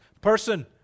person